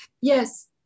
Yes